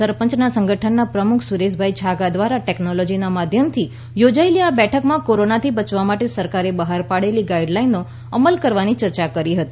સરપંચ સંગઠનના પ્રમુખ સુરેશભાઇ છાંગા દ્વારા ટેકનોલોજીના માધ્યમથી યોજાયેલી આ બેઠકમાં કોરોના થી બચવા માટે સરકારે બહાર પાડેલી ગાઈડલાઈનનો અમલ કરવાની યર્ચા કરી હતી